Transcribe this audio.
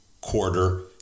quarter